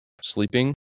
sleeping